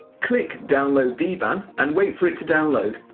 click download dban and wait for it to download.